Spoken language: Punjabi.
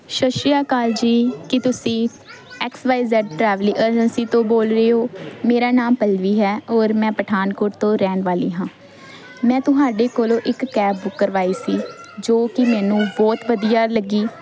ਸਤਿ ਸ਼੍ਰੀ ਅਕਾਲ ਜੀ ਕੀ ਤੁਸੀਂ X Y Z travel agency ਤੋਂ ਬੋਲ ਰਹੇ ਹੋ ਮੇਰਾ ਨਾਮ ਪੱਲਵੀ ਹੈ ਅੋਰ ਮੈਂ ਪਠਾਨਕੋਟ ਤੋਂ ਰਹਿਣ ਵਾਲੀ ਹਾਂ ਮੈਂ ਤੁਹਾਡੇ ਕੋਲੋਂ ਇੱਕ ਕੈਬ ਬੁੱਕ ਕਰਵਾਈ ਸੀ ਜੋ ਕਿ ਮੈਨੂੰ ਬਹੁਤ ਵਧੀਆ ਲੱਗੀ